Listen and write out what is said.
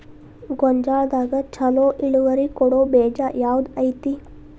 ಗೊಂಜಾಳದಾಗ ಛಲೋ ಇಳುವರಿ ಕೊಡೊ ಬೇಜ ಯಾವ್ದ್ ಐತಿ?